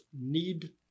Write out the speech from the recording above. need